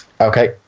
Okay